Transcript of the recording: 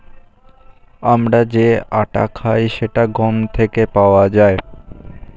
আমরা যে আটা খাই সেটা গম থেকে পাওয়া যায়